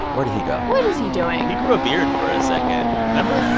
where did he go? what is he doing? he grew a beard for a second. remember?